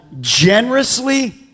generously